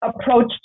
approached